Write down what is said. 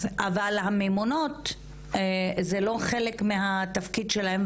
אבל הממונות זה לא חלק מהתפקיד שלהן,